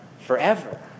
forever